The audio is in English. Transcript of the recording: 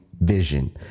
vision